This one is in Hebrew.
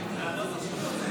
אני קובע כי ההסתייגות לא